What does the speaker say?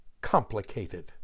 complicated